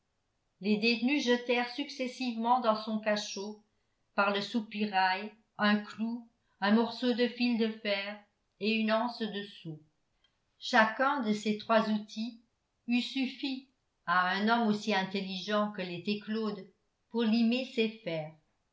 les détenus jetèrent successivement dans son cachot par le soupirail un clou un morceau de fil de fer et une anse de seau chacun de ces trois outils eût suffi à un homme aussi intelligent que l'était claude pour limer ses